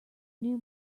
new